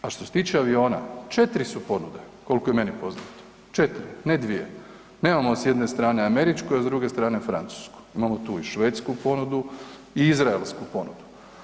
A što se tiče aviona, 4 su ponude koliko je meni poznato, 4, ne 2. nemamo s jedne strane američku, a s druge strane francusku, imamo tu i švedsku ponudi i izraelsku ponudu.